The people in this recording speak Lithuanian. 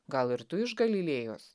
gal ir tu iš galilėjos